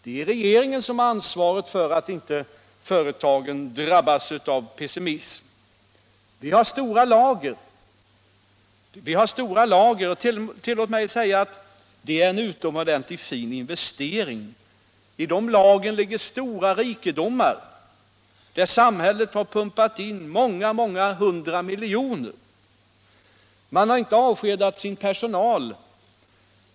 Det är regeringen som har ansvaret för att företagen inte drabbas av pessimism. Vi har stora lager. Tillåt mig att säga att det är en utomordentligt fin investering. I de lagren ligger stora rikedomar, där samhället har pumpat in många hundra miljoner. Företagen har inte avskedat sin personal.